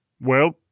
Well